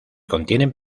contienen